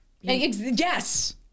Yes